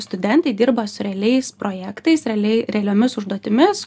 studentai dirba su realiais projektais realiai realiomis užduotimis